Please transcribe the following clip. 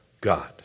God